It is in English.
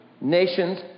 nations